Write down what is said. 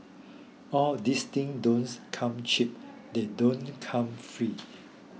all these things don't come cheap they don't come free